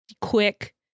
quick